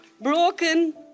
broken